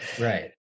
right